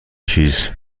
چیز